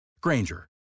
Granger